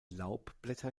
laubblätter